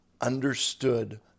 understood